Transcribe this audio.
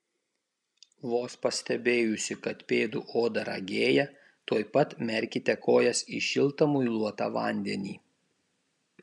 vos pastebėjusi kad pėdų oda ragėja tuoj pat merkite kojas į šiltą muiluotą vandenį